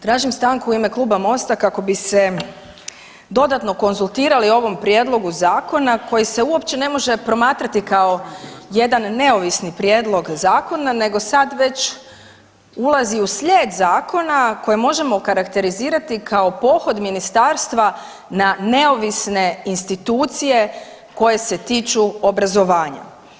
Tražim stanku u ime Kluba MOST-a kako bi se dodatno konzultirali o ovom prijedlogu zakona koji se uopće ne može promatrati kao jedan neovisni prijedlog zakona nego sad već ulazi u slijed zakona koje možemo okarakterizirati kao pohod ministarstva na neovisne institucije koje se tiču obrazovanja.